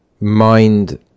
mind